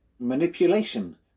Manipulation